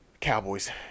Cowboys